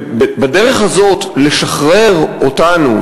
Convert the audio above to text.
ובדרך הזאת לשחרר אותנו,